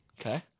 Okay